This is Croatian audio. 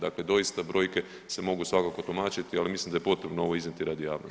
Dakle doista brojke se mogu svakako tumačiti, ali mislim da je potrebno ovo iznijeti radi javnosti.